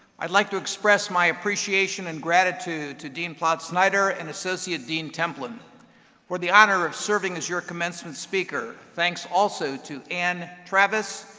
i'd like to express my appreciation and gratitude to dean ploutz-snyder and associate dean templin for the honor of serving as your commencement speaker. thanks also to ann travis,